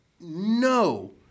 no